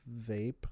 vape